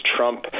Trump